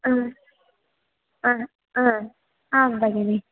हा हा आम् भगिनि